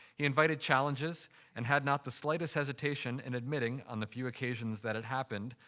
he invited challenges and had not the slightest hesitation in admitting, on the few occasions that it happened,